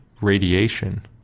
radiation